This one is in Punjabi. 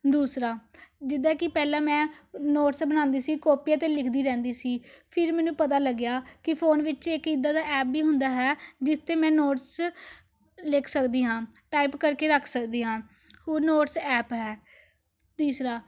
ਦੂਸਰਾ ਜਿੱਦਾਂ ਕਿ ਪਹਿਲਾਂ ਮੈਂ ਨੋਟਸ ਬਣਾਉਂਦੀ ਸੀ ਕੋਪੀਆ 'ਤੇ ਲਿਖਦੀ ਰਹਿੰਦੀ ਸੀ ਫਿਰ ਮੈਨੂੰ ਪਤਾ ਲੱਗਿਆ ਕਿ ਫੋਨ ਵਿੱਚ ਇੱਕ ਇੱਦਾਂ ਦਾ ਐਪ ਵੀ ਹੁੰਦਾ ਹੈ ਜਿਸ 'ਤੇ ਮੈਂ ਨੋਟਸ ਲਿਖ ਸਕਦੀ ਹਾਂ ਟਾਈਪ ਕਰਕੇ ਰੱਖ ਸਕਦੀ ਹਾਂ ਉਹ ਨੋਟਸ ਐਪ ਹੈ ਤੀਸਰਾ